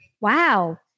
Wow